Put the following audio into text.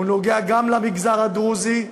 הוא נוגע גם למגזר הדרוזי,